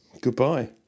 Goodbye